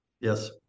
Yes